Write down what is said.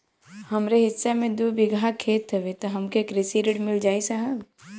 हमरे हिस्सा मे दू बिगहा खेत हउए त हमके कृषि ऋण मिल जाई साहब?